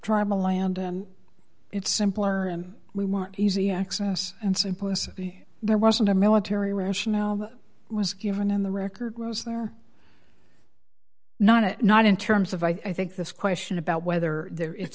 tribal land and it's simpler and we want easy access and simplicity there wasn't a military rationale was given in the record rose there not a not in terms of i think this question about whether there is